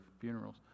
funerals